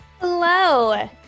Hello